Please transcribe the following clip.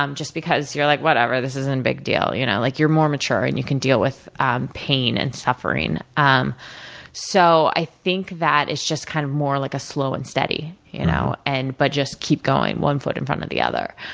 um just because you're like, whatever, this isn't a big deal. you know like you're more mature, and you can deal with pain and suffering. um so, i think that it's just kind of more of like a slow and steady you know and but just keep going, one foot in front of the other.